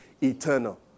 eternal